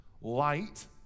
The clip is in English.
Light